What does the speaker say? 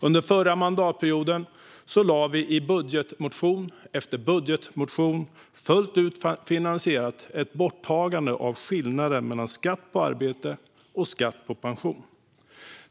Under den förra mandatperioden lade vi i budgetmotion efter budgetmotion fram ett fullt ut finansierat borttagande av skillnaden mellan skatt på arbete och skatt på pension.